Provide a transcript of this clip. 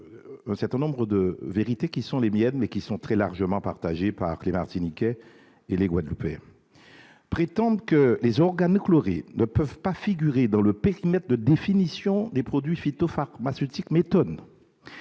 certaines vérités qui me semblent très largement partagées par les Martiniquais et les Guadeloupéens. Prétendre que les organochlorés ne peuvent pas figurer dans le périmètre de définition des produits phytopharmaceutiques au motif